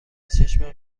چشمم